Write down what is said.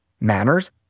manners